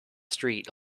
street